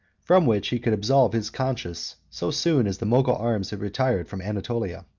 from which he could absolve his conscience so soon as the mogul arms had retired from anatolia.